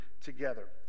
together